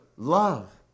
Love